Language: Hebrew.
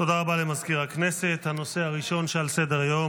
הצעת חוק שירות המדינה (מינויים)